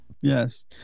Yes